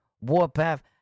warpath